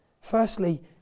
Firstly